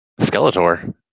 Skeletor